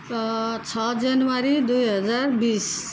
छ जनवरी दुई हजार बिस